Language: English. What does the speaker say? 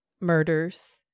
murders